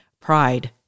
Pride